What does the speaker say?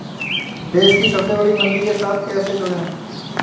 देश की सबसे बड़ी मंडी के साथ कैसे जुड़ें?